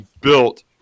built